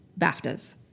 BAFTAs